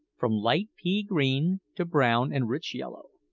from light pea-green to brown and rich yellow.